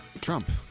Trump